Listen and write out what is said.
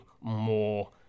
more